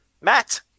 Matt